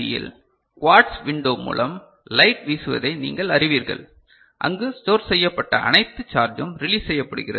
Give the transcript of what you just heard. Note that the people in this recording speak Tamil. யில் குவார்ட்ஸ் விண்டோ மூலம் லைட் வீசுவதை நீங்கள் அறிவீர்கள் அங்கு ஸ்டோர் செய்யப்பட்ட அனைத்து சார்ஜும் ரிலீஸ் செய்யப்படுகிறது